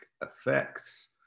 effects